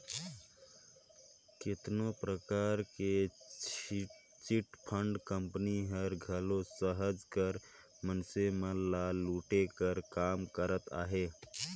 केतनो परकार कर चिटफंड कंपनी हर घलो सहज कर मइनसे मन ल लूटे कर काम करत अहे